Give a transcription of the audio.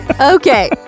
okay